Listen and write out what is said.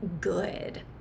good